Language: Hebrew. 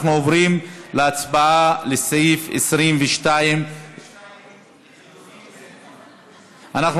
אנחנו עוברים להצבעה על סעיף 22. 22, לחלופין.